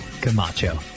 Camacho